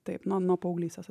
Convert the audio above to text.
taip man nuo paauglystės